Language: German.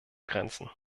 grenzen